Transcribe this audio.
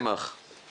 בקשב